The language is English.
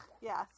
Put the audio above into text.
yes